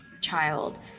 child